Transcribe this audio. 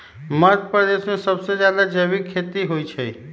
मध्यप्रदेश में सबसे जादा जैविक खेती होई छई